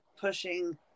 pushing